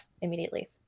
immediately